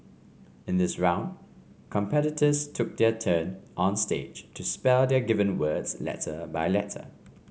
in this round competitors took their turn on stage to spell their given words letter by letter